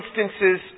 instances